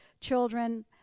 children